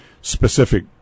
specific